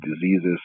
diseases